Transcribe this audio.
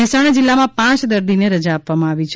મહેસાણા જિલ્લામાં પાંચ દર્દીને રજા આપવામાં આવી છે